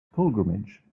pilgrimage